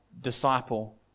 disciple